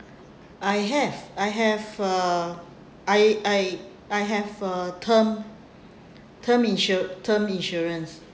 I have I have uh I I I have a term term insu~ term